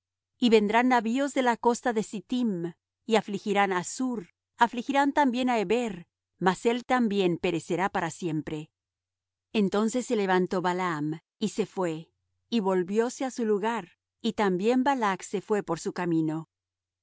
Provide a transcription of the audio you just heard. y vendrán navíos de la costa de cittim y afligirán á assur afligirán también á eber mas él también perecerá para siempre entonces se levantó balaam y se fué y volvióse á su lugar y también balac se fué por su camino